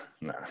nah